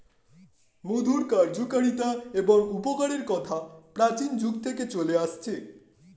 মধুর কার্যকারিতা এবং উপকারের কথা প্রাচীন যুগ থেকে চলে আসছে